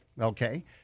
Okay